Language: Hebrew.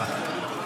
תודה רבה.